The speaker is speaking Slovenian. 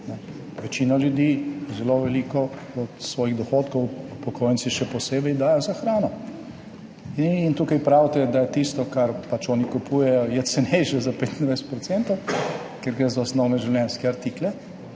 Večina ljudi zelo veliko od svojih dohodkov, upokojenci še posebej, da za hrano. In tukaj pravite, da je tisto, kar pač oni kupujejo, cenejše za 25 %, ker gre za osnovne življenjske artikle,